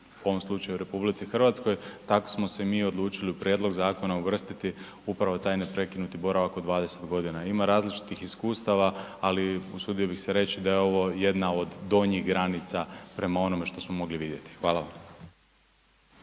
u ovom slučaju u RH, tako smo se i mi odlučili u prijedlog zakona uvrstiti upravo taj neprekinuti boravak od 20 godina. Ima različitih iskustava, ali usudio bih se reći da je ovo jedna od donjih granica prema onome što smo mogli vidjeti. Hvala.